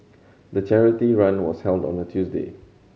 the charity run was held on a Tuesday